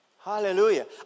Hallelujah